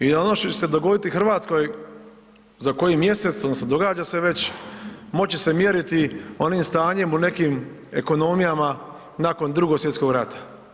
I ono što će se dogoditi Hrvatskoj za koji mjesec, odnosno događa se već, moći će se mjeriti onim stanjem u nekim ekonomijama nakon II. svj. rata.